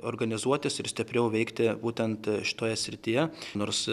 organizuotis ir stipriau veikti būtent šitoje srityje nors